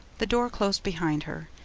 the door closed behind her,